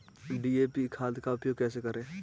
DAP खाद का उपयोग कैसे करें?